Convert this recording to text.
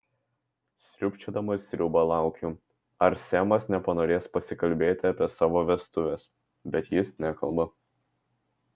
sriubčiodama sriubą laukiu ar semas nepanorės pasikalbėti apie savo vestuves bet jis nekalba